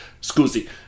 Scusi